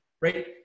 right